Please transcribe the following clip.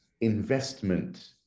investment